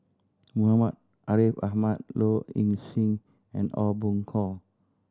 Muhammad Ariff Ahmad Low Ing Sing and Aw Boon Haw